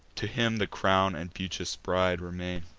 to him the crown and beauteous bride remain.